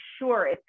sure